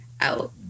out